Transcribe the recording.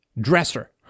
dresser